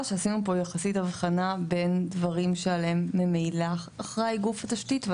שעשינו פה יחסית הבחנה בין דברים שעליהם ממילא אחראי גוף התשתית.